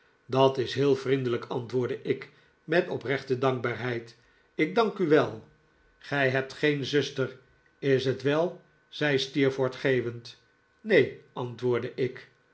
dat is heel vriendelijk antwoordde ik met oprechte dankbaarheid ik dank u wel gij hebt geen zuster is het wel zei steerforth geeuwend neen antwoordde ik